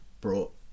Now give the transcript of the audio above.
brought